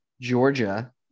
Georgia